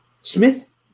Smith